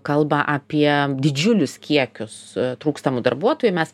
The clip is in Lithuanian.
kalba apie didžiulius kiekius trūkstamų darbuotojų mes